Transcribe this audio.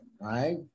right